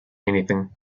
anything